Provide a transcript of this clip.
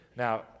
Now